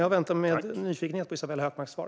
Jag väntar med nyfikenhet på Isabella Hökmarks svar.